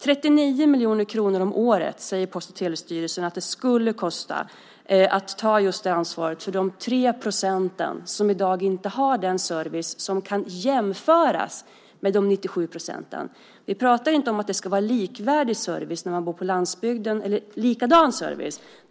39 miljoner kronor om året säger Post och telestyrelsen att det skulle kosta att ta just det ansvaret för de 3 % som i dag inte har den service som 97 % har. Vi pratar inte om att det ska vara likadan service för dem som bor på landsbygden som